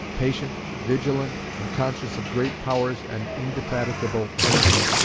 patient, vigilant, and conscious of great powers and indefatigable energy,